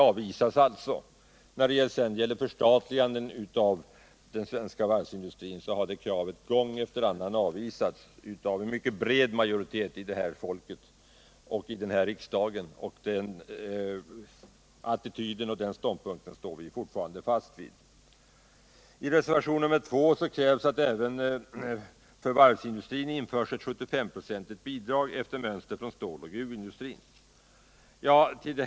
Kravet på ett förstatligande av den svenska varvsindustrin har gång efter annan avvisats av en mycket bred majoritet inom riksdagen. På den ståndpunkten står vi ännu. I reservationen 2 krävs att även för varvsindustrin införs ett 75-procentigt bidrag efter mönster från ståloch gruvindustrierna.